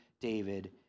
David